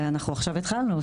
אנחנו עכשיו התחלנו.